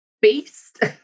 beast